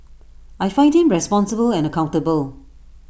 I find him responsible and accountable